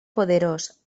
poderós